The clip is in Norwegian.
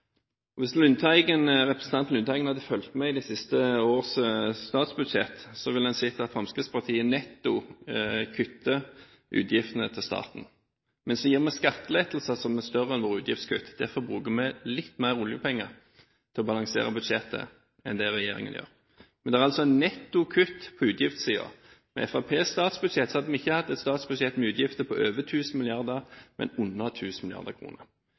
Hvis representanten Lundteigen hadde fulgt med i de siste års statsbudsjett, ville han ha sett at Fremskrittspartiet netto kutter utgiftene til staten. Men vi gir skattelettelser som er større enn våre utgiftskutt, derfor bruker vi litt mer oljepenger på å balansere budsjettet enn det regjeringen gjør. Men det er altså netto kutt på utgiftssiden. Med Fremskrittspartiets statsbudsjett hadde vi ikke hatt et statsbudsjett med utgifter på over 1 000 mrd. kr, men på under